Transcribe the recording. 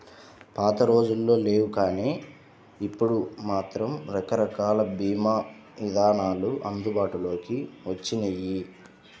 పాతరోజుల్లో లేవుగానీ ఇప్పుడు మాత్రం రకరకాల భీమా ఇదానాలు అందుబాటులోకి వచ్చినియ్యి